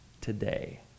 today